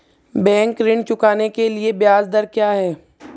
Bank ऋण चुकाने के लिए ब्याज दर क्या है?